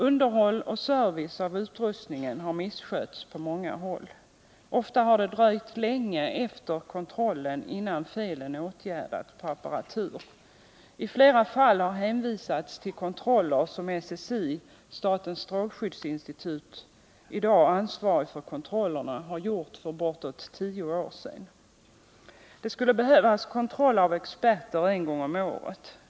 Underhåll och service av utrustningen har misskötts på många håll. Ofta har det dröjt länge efter kontrollen av apparatur innan felen åtgärdats. I flera fall har hänvisats till kontroller som statens strålskyddsinstitut, SSI — som i dag är ansvarigt för kontrollerna — gjort för bortåt tio år sedan. Det skulle behövas kontroll av experter en gång om året.